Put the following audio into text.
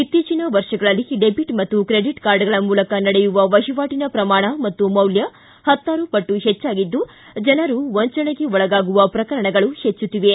ಇತ್ತೀಚಿನ ವರ್ಷಗಳಲ್ಲಿ ಡೆಬಿಟ್ ಮತ್ತು ಕ್ರೆಡಿಟ್ ಕಾರ್ಡ್ಗಳ ಮೂಲಕ ನಡೆಯುವ ವಹಿವಾಟಿನ ಪ್ರಮಾಣ ಮತ್ತು ಮೌಲ್ಯ ಹತ್ತಾರು ಪಟ್ಟು ಹೆಚ್ಚಾಗಿದ್ದು ಜನರು ವಂಚನೆಗೆ ಒಳಗಾಗುವ ಪ್ರಕರಣಗಳೂ ಹೆಚ್ಚುತ್ತಿವೆ